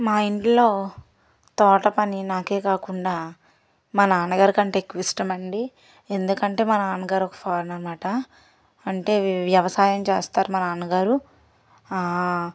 మా ఇంట్లో తోట పని నాకే కాకుండా మా నాన్నగారి కంటే ఎక్కువ ఇష్టమండి ఎందుకంటే మా నాన్నగారు ఫార్మర్ అనమాట అంటే వ్యవసాయం చేస్తారు మన నాన్నగారు